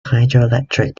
hydroelectric